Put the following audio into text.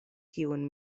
kiun